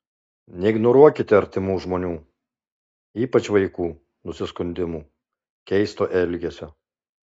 neignoruokite artimų žmonių ypač vaikų nusiskundimų keisto elgesio